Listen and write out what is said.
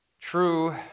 true